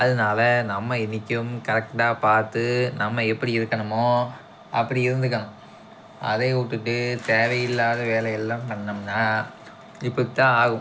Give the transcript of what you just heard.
அதுனால் நம்ம என்றைக்கும் கரெக்டாக பார்த்து நம்ம எப்படி இருக்கணுமோ அப்படி இருந்துக்கணும் அதை விட்டுட்டு தேவையில்லாத வேலையெல்லாம் பண்ணிணம்னா இப்படித்தான் ஆகும்